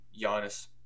Giannis